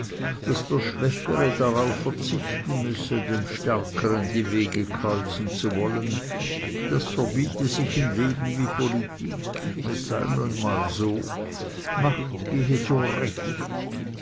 daß der schwächere darauf verzichten müsse dem stärkeren die wege kreuzen zu wollen das verbiete sich in leben wie politik es sei nun mal so macht gehe